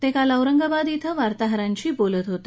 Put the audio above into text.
ते काल औरंगाबाद इथं वार्ताहरांशी बोलत होते